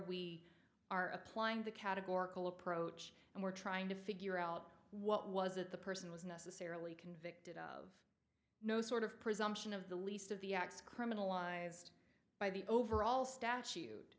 we are applying the categorical approach and we're trying to figure out what was it the person was necessarily convicted of no sort of presumption of the least of the acts criminalized by the overall statute